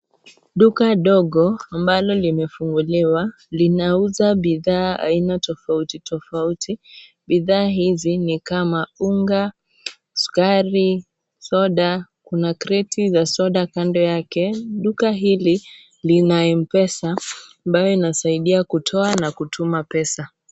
Duka dogo, ambalo limefunguliwa, linauza bidhaa aina tofauti tofauti. Bidhaa hizi ni kama, unga, sukari, soda, kuna kreti za soda kando yake. Duka hili, lina Mpesa ambayo inasaidia kutoa na kutuma pesa.